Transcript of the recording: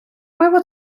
пиво